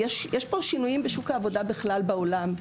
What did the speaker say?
יש שינויים בשוק העבודה בכלל בעולם,